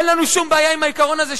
אין לנו שום בעיה עם העיקרון הזה,